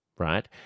Right